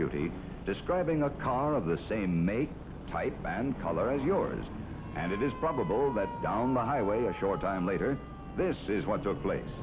duty describing a car of the same make type ban color as yours and it is probable that down the highway a short time later this is what took place